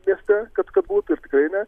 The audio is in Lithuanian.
mieste kad kad būtų ir tikrai ne